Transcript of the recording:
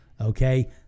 okay